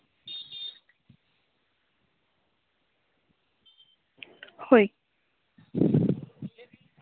ᱦᱳᱭ